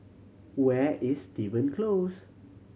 where is Steven Close